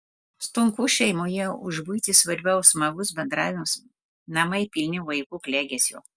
stonkų šeimoje už buitį svarbiau smagus bendravimas namai pilni vaikų klegesio